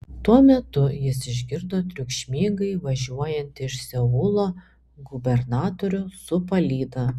tuo metu jis išgirdo triukšmingai važiuojant iš seulo gubernatorių su palyda